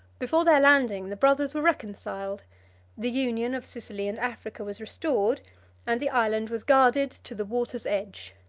before their landing, the brothers were reconciled the union of sicily and africa was restored and the island was guarded to the water's edge.